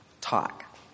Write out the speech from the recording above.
talk